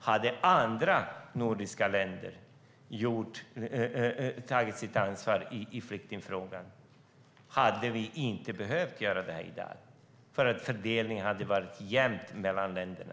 Hade andra nordiska länder tagit sitt ansvar i flyktingfrågan hade vi inte behövt göra det här i dag, för då hade fördelningen varit jämn mellan länderna.